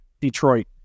Detroit